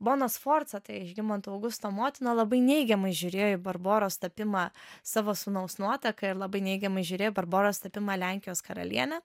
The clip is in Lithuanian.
bona sforza tai žygimanto augusto motina labai neigiamai žiūrėjo į barboros tapimą savo sūnaus nuotaka ir labai neigiamai žiūrėjo barboros tapimą lenkijos karaliene